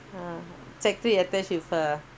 ah sec~ three you attached with her ah